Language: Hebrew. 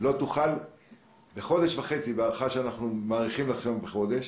לא תוכל בחודש וחצי, בהנחה שאנחנו מאריכים בחודש